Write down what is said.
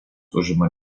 užima